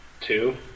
Two